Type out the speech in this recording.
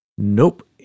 Nope